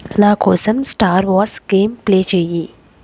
నా కోసం Star Wars game play చేయి